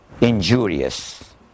injurious